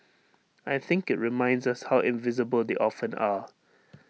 I think IT reminds us how invisible they often are